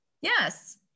yes